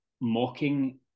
mocking